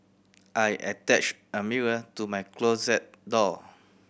I attached a mirror to my closet door